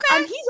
Okay